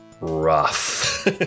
rough